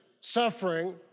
suffering